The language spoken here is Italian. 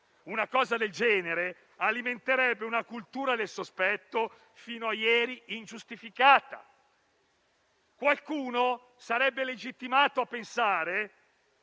una cosa del genere alimenterebbe una cultura del sospetto fino a ieri ingiustificata. Qualcuno sarebbe legittimato a pensare